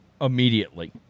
immediately